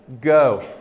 go